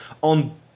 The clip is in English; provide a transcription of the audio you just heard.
on